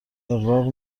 اغراق